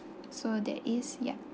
so there is yup